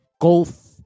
golf